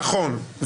נכון.